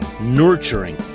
nurturing